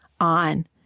on